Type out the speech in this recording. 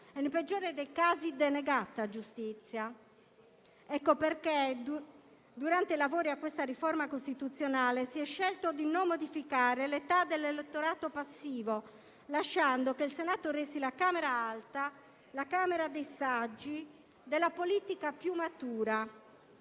nel peggiore dei casi, denegata giustizia. Questo è il motivo per cui, durante i lavori della riforma costituzionale, si è scelto di non modificare l'età dell'elettorato passivo, lasciando che il Senato resti la Camera alta, la Camera dei saggi e della politica più matura.